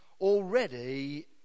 already